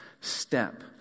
step